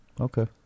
Okay